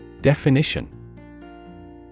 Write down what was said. Definition